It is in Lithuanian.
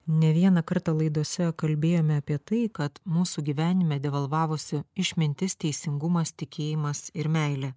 ne vieną kartą laidose kalbėjome apie tai kad mūsų gyvenime devalvavosi išmintis teisingumas tikėjimas ir meilė